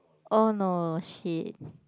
oh no shit